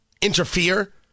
Interfere